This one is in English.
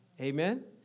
Amen